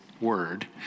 word